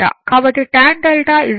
కాబట్టి tan 𝛅 y x